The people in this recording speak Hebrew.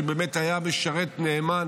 שבאמת היה משרת נאמן